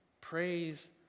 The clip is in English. Praise